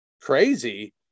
crazy